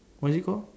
what is it called